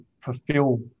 fulfill